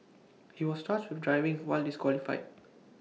he was charged with driving while disqualified